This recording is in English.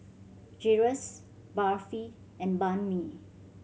Gyros Barfi and Banh Mi